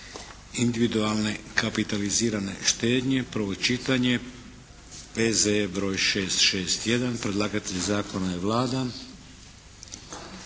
individualne kapitalizirane štednje, prvo čitanje, P.Z.E. br. 661 Predlagatelj zakona je Vlada,